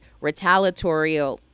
retaliatory